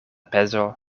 pezo